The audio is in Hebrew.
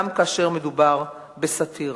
גם כאשר מדובר בסאטירה.